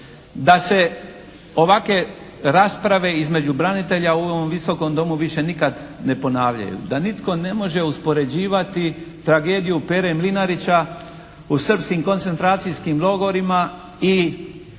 da se ovakve rasprave između branitelja u ovom Visokom domu više nikad ne ponavljaju. Da nitko ne može uspoređivati tragediju Pere Mlinarića u srpskim koncentracijskim logorima i